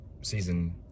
season